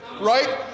right